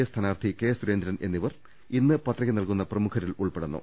A സ്ഥാനാർത്ഥി K Surendran എന്നിവർ ഇന്ന് പത്രിക നൽകുന്ന പ്രമുഖരിൽ ഉൾപ്പെടുന്നു